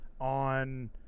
on –